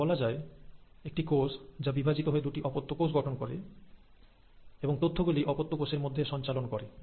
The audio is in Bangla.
সুতরাং বলা যায় একটি কোষ যা বিভাজিত হয়ে দুটি অপত্য কোষ গঠন করে এবং তথ্যগুলি অপত্য কোষের মধ্যে সঞ্চালন করে